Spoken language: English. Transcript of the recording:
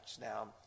Now